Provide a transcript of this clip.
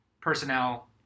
personnel